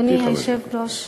אדוני היושב-ראש,